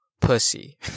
pussy